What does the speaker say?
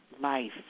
life